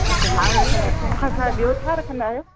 अच्छा नॉविल रखंदा आहियो तंहिंखां सवाइ ॿियो छा रखंदा आहियो